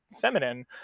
feminine